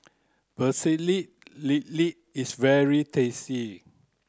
Pecel Lele is very tasty